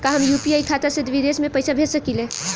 का हम यू.पी.आई खाता से विदेश में पइसा भेज सकिला?